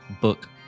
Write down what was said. book